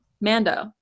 Mando